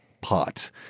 pot